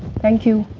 thank you.